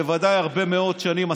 בוודאי הרבה מאוד שנים,